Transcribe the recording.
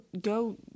go